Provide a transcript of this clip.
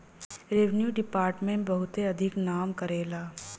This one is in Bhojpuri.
रेव्रेन्यू दिपार्ट्मेंट बहुते अधिक नाम करेला